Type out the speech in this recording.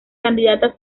candidatas